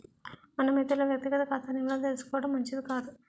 మనం ఇతరుల వ్యక్తిగత ఖాతా నిల్వలు తెలుసుకోవడం మంచిది కాదు